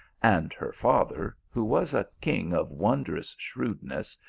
and her father, who was a king of wondrous shrewdness,